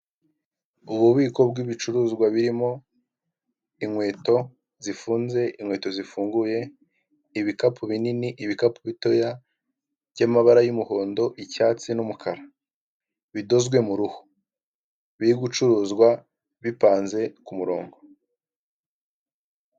Ububiko bw'ibicuruzwa birimo inkweto zifunze, inkweto zifunguye, ibikapu binini, ibikapu bitoya by'amabara y'umuhondo, icyatsi n'umukara bidozwe mu ruhu, biri gucuruzwa bipanze ku murongo.